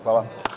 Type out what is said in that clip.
Hvala.